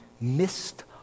missed